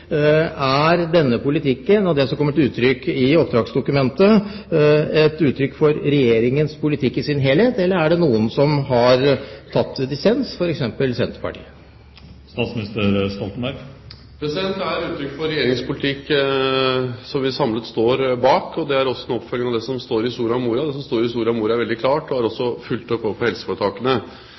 denne politikken og det som kommer til uttrykk i oppdragsdokumentet, et uttrykk for Regjeringens politikk i sin helhet, eller er det noen som har tatt dissens, f.eks. Senterpartiet? Det er uttrykk for Regjeringens politikk som vi samlet står bak, og det er også en oppfølging av det som står i Soria Moria-erklæringen. Det som står i Soria Moria-erklæringen, er veldig klart, og det er også fulgt opp overfor helseforetakene.